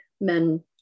men